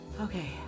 Okay